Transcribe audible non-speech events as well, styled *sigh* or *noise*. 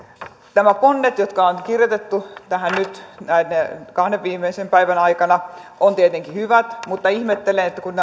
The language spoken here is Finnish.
nämä ponnet jotka on kirjoitettu tähän nyt näiden kahden viimeisen päivän aikana ovat tietenkin hyvät mutta ihmettelen että kun *unintelligible*